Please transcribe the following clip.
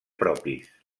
propis